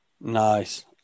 Nice